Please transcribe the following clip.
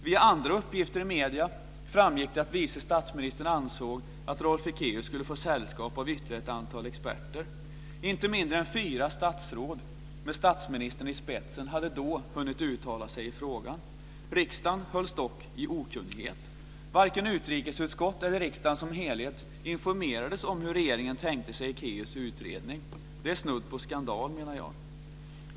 Via andra uppgifter i medierna framgick det att vice statsministern ansåg att Rolf Ekéus skulle få sällskap av ytterligare ett antal experter. Inte mindre än fyra statsråd, med statsministern i spetsen, hade då hunnit uttala sig i frågan. Riksdagen hölls dock i okunnighet. Varken utrikesutskottet eller riksdagen som helhet informerades om hur regeringen tänkte sig Ekéus utredning. Det är snudd på skandal.